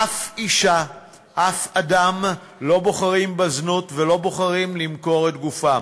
אף אישה ואף אדם לא בוחרים בזנות ולא בוחרים למכור את גופם.